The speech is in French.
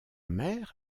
mère